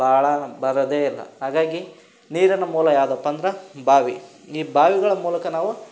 ಭಾಳಾ ಬರೋದೇ ಇಲ್ಲ ಹಾಗಾಗಿ ನೀರಿನ ಮೂಲ ಯಾವುದಪ್ಪ ಅಂದ್ರೆ ಬಾವಿ ಈ ಬಾವಿಗಳ ಮೂಲಕ ನಾವು